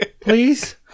please